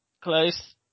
Close